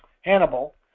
Hannibal